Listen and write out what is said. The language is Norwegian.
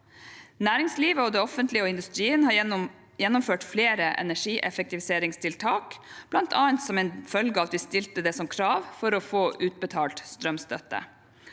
Næringslivet, det offentlige og industrien har gjennomført flere energieffektiviseringstiltak, bl.a. som en følge av at vi stilte det som et krav for å få utbetalt strømstøtte.